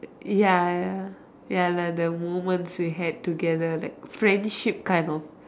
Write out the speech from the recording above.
ya ya ya lah the moments we had together like friendship kind of